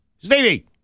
Stevie